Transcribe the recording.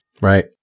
Right